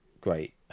great